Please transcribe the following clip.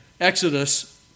Exodus